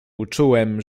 uczułem